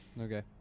Okay